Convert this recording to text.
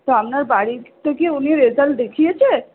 তো আপনার বাড়িতে কি উনি রেজাল্ট দেখিয়েছে